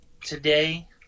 today